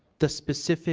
the specific